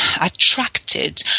attracted